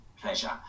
pleasure